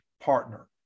partner